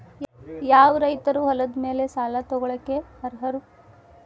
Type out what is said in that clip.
ಯಾವ ರೈತರು ಹೊಲದ ಮೇಲೆ ಸಾಲ ತಗೊಳ್ಳೋಕೆ ಅರ್ಹರು?